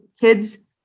kids